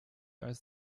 als